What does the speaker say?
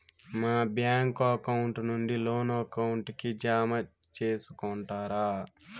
మా bank account నుండి loan account కి జామ సేసుకుంటారా?